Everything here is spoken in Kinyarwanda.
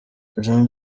jean